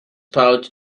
pouch